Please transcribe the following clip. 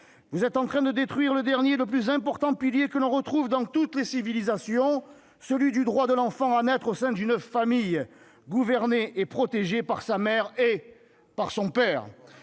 Vous êtes en train de détruire le dernier et le plus important pilier que l'on retrouve dans toutes les civilisations, celui du droit de l'enfant à naître au sein d'une famille gouvernée et protégée par sa mère par son père.